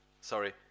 sorry